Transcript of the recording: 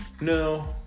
No